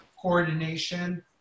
coordination